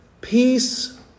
Peace